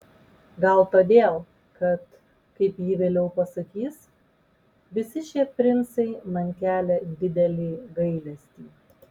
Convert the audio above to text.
gal todėl kad kaip ji vėliau pasakys visi šie princai man kelia didelį gailestį